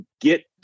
get